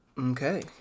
Okay